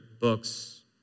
books